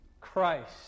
Christ